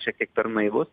šiek tiek per naivus